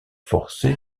forcé